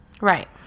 Right